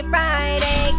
Friday